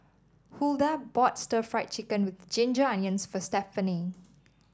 Hulda bought Stir Fried Chicken with Ginger Onions for Stephany